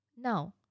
Now